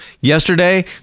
Yesterday